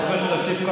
עופר כסיף,